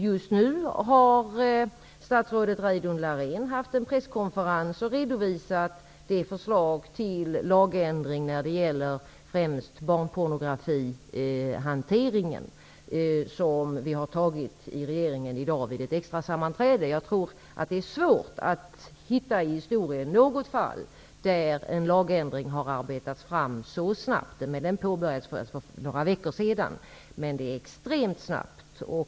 Just nu har statsrådet Reidunn Laurén hållit en presskonferens där hon redovisat det förslag till lagändring vad gäller främst barnpornografihanteringen som regeringen har antagit i dag vid ett extrasammanträde. Jag tror att det är svårt att hitta något fall i historien där en lagändring arbetats fram så snabbt. Behandlingen påbörjades för några veckor sedan, och den har varit extremt snabb.